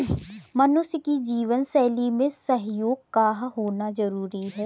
मनुष्य की जीवन शैली में सहयोग का होना जरुरी है